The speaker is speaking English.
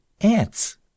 ants